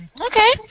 Okay